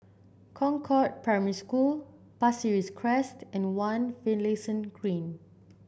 Concord Primary School Pasir Ris Crest and One Finlayson Green